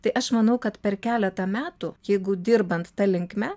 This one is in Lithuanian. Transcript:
tai aš manau kad per keletą metų jeigu dirbant ta linkme